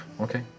Okay